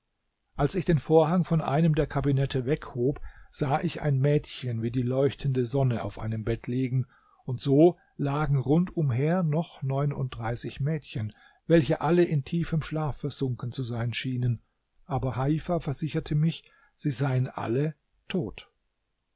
als ich den vorhang von einem der kabinette weghob sah ich ein mädchen wie die leuchtende sonne auf einem bett liegen und so lagen rund umher noch neununddreißig mädchen welche alle in tiefem schlaf versunken zu sein schienen aber heifa versicherte mich sie seien alle tot